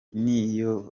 niyo